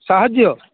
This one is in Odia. ସାହାଯ୍ୟ